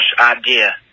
idea